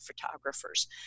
photographers